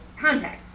context